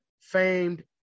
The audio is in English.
famed